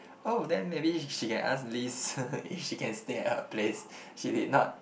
oh then maybe she can ask Liz if she can stay at her place she did not